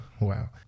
Wow